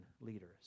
leaders